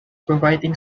providing